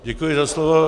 Děkuji za slovo.